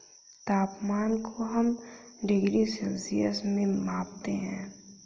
तापमान को हम डिग्री सेल्सियस में मापते है